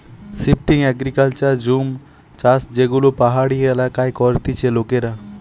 shifting agriculture জুম চাষযেগুলো পাহাড়ি এলাকায় করতিছে লোকেরা